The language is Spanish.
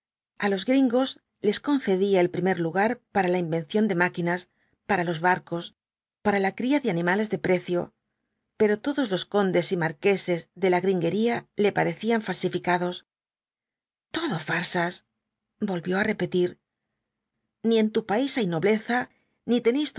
a los gringos les concedía el primer lugar para la invención de máquinas para los barcos para la cría de animales de precio pero todos los condes y marqueses de la gringueria le parecían falsificados todo farsas volvió á repetir ni en tu país hay nobleza ni